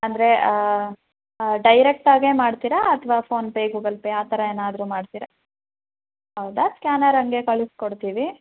ಅಂದರೆ ಆ ಡೈರೆಕ್ಟಾಗೆ ಮಾಡ್ತಿರಾ ಅಥ್ವ ಫೋನ್ ಪೇ ಗೂಗಲ್ ಪೇ ಆ ತರ ಏನಾದರು ಮಾಡ್ತಿರ ಹೌದ ಸ್ಕ್ಯಾನರ್ ಹಂಗೆ ಕಳಿಸ್ಕೊಡ್ತಿವಿ